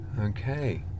Okay